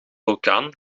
vulkaan